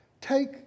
Take